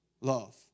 love